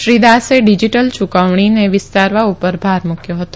શ્રી દાસે ડીજીટલ યુકવણાને વિસ્તારવા ઉપરભાર મુકયો હતો